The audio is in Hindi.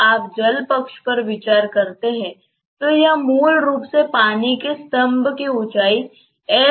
जब आप जल पक्ष पर विचार करते हैं तो यह मूल रूप से पानी के स्तंभ की ऊंचाई है